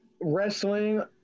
Wrestling